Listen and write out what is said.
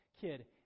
kid